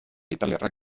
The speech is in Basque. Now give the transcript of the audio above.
italiarrak